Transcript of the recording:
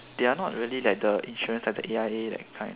they are not really like the insurance like the A_I_A that kind